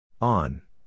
On